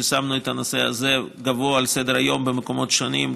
ושמנו את הנושא הזה גבוה בסדר-היום במקומות שונים,